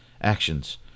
actions